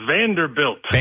Vanderbilt